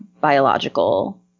biological